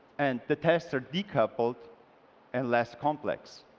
and the tests are decoupled and less complex.